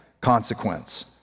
consequence